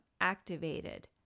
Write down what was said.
activated